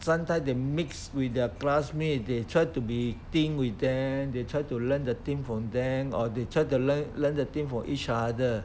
sometime they mix with their classmate they try to be think with them they try to learn the thing from them or they try to learn learn the thing from each other